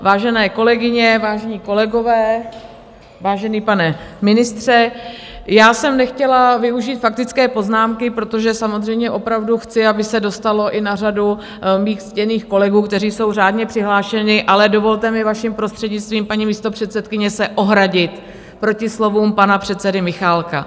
Vážené kolegyně, vážení kolegové, vážený pane ministře, já jsem nechtěla využít faktické poznámky, protože samozřejmě opravdu chci, aby se dostali na řadu mí ctění kolegové, kteří jsou řádně přihlášeni, ale dovolte mi, vaším prostřednictvím, paní místopředsedkyně, se ohradit proti slovům pana předsedy Michálka.